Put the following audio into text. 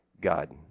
God